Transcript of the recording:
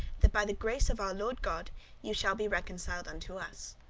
that by the grace of our lord god ye shall be reconciled unto us.